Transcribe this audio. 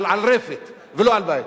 על רפת ולא על בית.